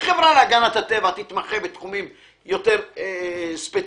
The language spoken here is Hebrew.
החברה להגנת הטבע תתמחה בתחומים יותר ספציפיים,